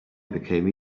became